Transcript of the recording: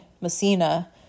Messina